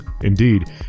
Indeed